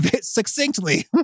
succinctly